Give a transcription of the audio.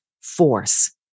force